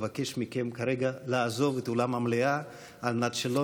אני אבקש מכם כרגע לעזוב את אולם המליאה על מנת שלא